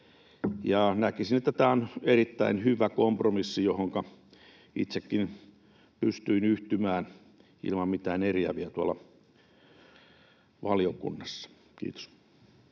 näkisin, että tämä on erittäin hyvä kompromissi, johonka itsekin pystyin yhtymään ilman mitään eriäviä tuolla valiokunnassa. — Kiitos.